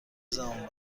زبون